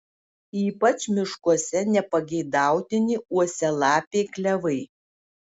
ypač miškuose nepageidautini uosialapiai klevai